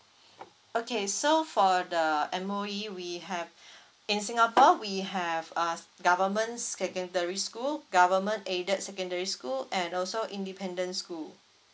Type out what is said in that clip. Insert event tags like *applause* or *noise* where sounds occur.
*breath* okay so for the M_O_E we have *breath* in singapore we have a government secondary school government aided secondary school and also independent school